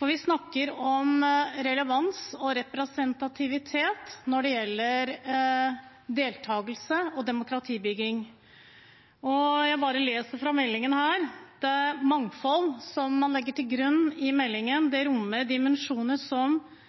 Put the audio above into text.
Vi snakker om relevans og representativitet når det gjelder deltakelse og demokratibygging. Jeg leser fra meldingen om hva man legger til grunn: